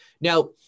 Now